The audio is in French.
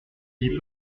dis